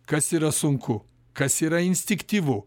kas yra sunku kas yra instiktyvu